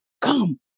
come